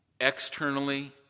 externally